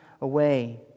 away